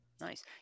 Nice